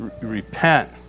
repent